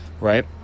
right